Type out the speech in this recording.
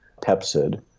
Pepsid